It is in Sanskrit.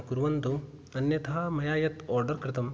कुर्वन्तु अन्यथा मया यत् आर्डर् कृतम्